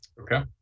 Okay